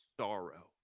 sorrow